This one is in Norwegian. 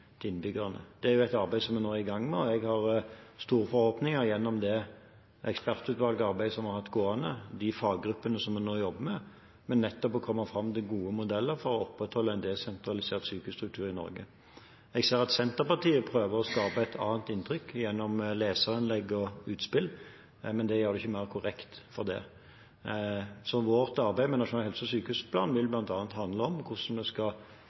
til innbyggerne. Det er et arbeid som vi nå er i gang med, og jeg har store forhåpninger til det ekspertutvalgsarbeidet vi nå har hatt gående – de faggruppene som nå jobber for nettopp å komme fram til gode modeller for å opprettholde en desentralisert sykehusstruktur i Norge. Jeg ser at Senterpartiet prøver å skape et annet inntrykk gjennom leserinnlegg og utspill, men det blir ikke mer korrekt for det. Så vårt arbeid med nasjonal helse- og sykehusplan vil bl.a. handle om hvordan vi skal